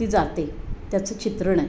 ती जाते त्याचं चित्रण आहे